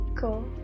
cool